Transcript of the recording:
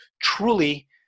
truly